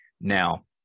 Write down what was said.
Now